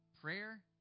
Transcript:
Prayer